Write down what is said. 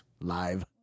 live